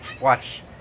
Watch